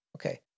Okay